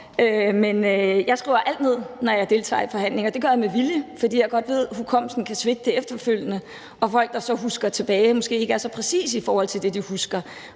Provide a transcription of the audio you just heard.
Men jeg skriver alt ned, når jeg deltager i forhandlinger. Det gør jeg med vilje, fordi jeg godt ved, at hukommelsen kan svigte efterfølgende, og at folk, der så husker tilbage, måske ikke er så præcise i forhold til det, de husker,